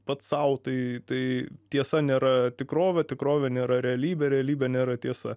pats sau tai tai tiesa nėra tikrovė tikrovė nėra realybė realybė nėra tiesa